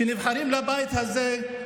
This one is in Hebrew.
כשנבחרים לבית הזה,